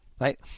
right